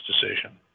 decision